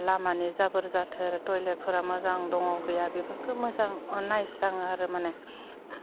लामानि जाबोर जाथोर टइलेटफोरा मोजां दङ गैया बोफोरखौ मोजां नायस्राङो आरो माने